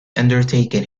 undertaking